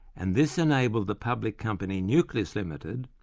and this enabled the public company nucleus limited,